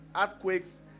Earthquakes